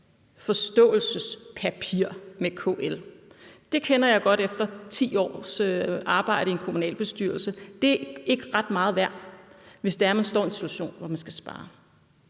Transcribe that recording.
forståelsespapir med KL. Det kender jeg godt efter 10 års arbejde i en kommunalbestyrelse. Det er ikke ret meget værd, hvis det er, man står i en situation, hvor man skal spare.